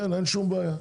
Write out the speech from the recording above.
אין שום בעיה.